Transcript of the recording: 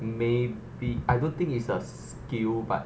maybe I don't think it's a skill but